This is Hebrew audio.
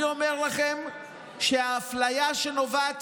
אני אומר לכם שהאפליה שנובעת